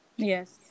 yes